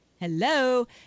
Hello